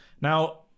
Now